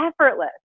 effortless